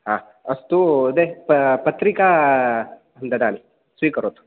हा अस्तु अदे प पत्रिकां ददामि स्वीकरोतु